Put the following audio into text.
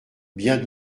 bien